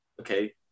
Okay